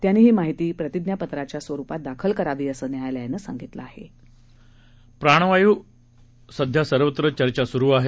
त्यांनी ही माहिती प्रतिज्ञापत्राच्या स्वरुपात दाखल करावी असं न्यायालयाने सांगितलं प्राणवायू औकसीजनची सध्या सर्वत्र चर्चा सुरू आहे